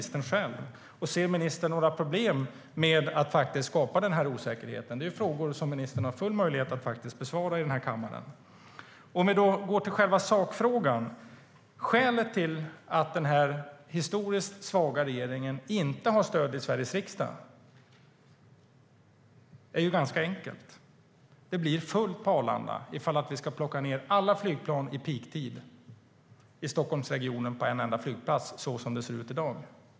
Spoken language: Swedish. Ser ministern några problem med att skapa den här osäkerheten? Detta är frågor som ministern har full möjlighet att besvara i den här kammaren. Om vi då går över till själva sakfrågan är skälet till att den här historiskt svaga regeringen inte har stöd i Sveriges riksdag ganska enkelt. Det blir fullt på Arlanda ifall vi ska plocka ned alla flygplan i peaktid i Stockholmsregionen på en enda flygplats, så som det ser ut i dag.